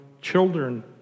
children